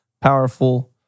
powerful